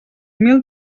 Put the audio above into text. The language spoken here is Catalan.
mil